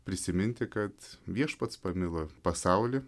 prisiminti kad viešpats pamilo pasaulį